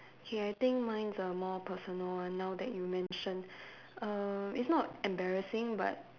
okay I think mine's a more personal one now that you mentioned err it's not embarrassing but